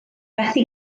methu